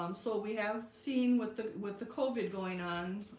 um so we have seen with the with the covid going on.